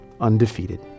Undefeated